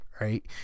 right